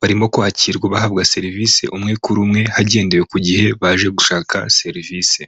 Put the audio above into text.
barimo kwakirwa bahabwa serivisi umwe kuri umwe hagendewe ku gihe baje gushaka serivisi.